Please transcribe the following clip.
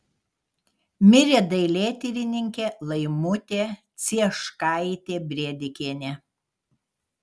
mirė dailėtyrininkė laimutė cieškaitė brėdikienė